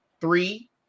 three